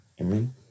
Amen